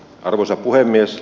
arvoisa puhemies